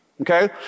okay